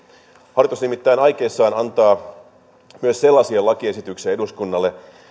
hallitus nimittäin on aikeissa antaa myös sellaisia lakiesityksiä eduskunnalle